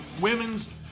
Women's